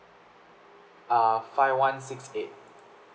err five one six eight